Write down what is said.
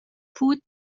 food